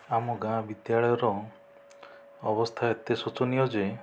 ଆମ ଗାଁ ବିଦ୍ୟାଳୟର ଅବସ୍ଥା ଏତେ ଶୋଚନୀୟ ଯେ